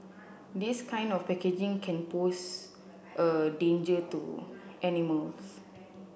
this kind of packaging can pose a danger to animals